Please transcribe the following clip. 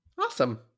Awesome